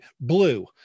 blue